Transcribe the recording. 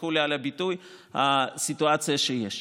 תסלחו לי על הביטוי לגבי הסיטואציה שיש.